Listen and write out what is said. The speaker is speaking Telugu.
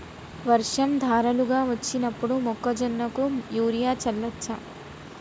వర్షం ధారలుగా వచ్చినప్పుడు మొక్కజొన్న కు యూరియా చల్లచ్చా?